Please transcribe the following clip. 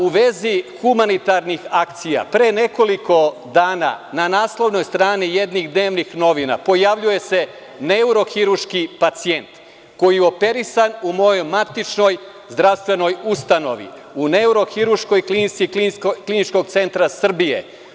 U vezi humanitarnih akcija, pre nekoliko dana na naslovnim stranama jednih dnevnih novina pojavljuje se neurohirurški pacijent koji je operisan u mojoj matičnoj zdravstvenoj ustanovi, u Neurohirurškoj klinici Kliničkog centra Srbije.